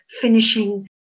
finishing